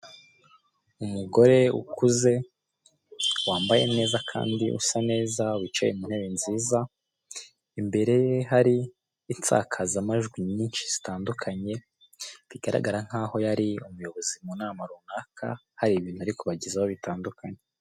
Umugore ukuze wambaye neza, kandi usa neza, wicaye mu ntebe nziza, imbere ye hari insakazamajwi nyinshi zitandukanye, bigaragara nk'aho yari umuyobozi mu nama runaka, hari ibintu ariko kubagezaho bitandukanye.